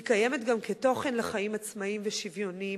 היא קיימת גם כתוכן לחיים עצמאיים ושוויוניים,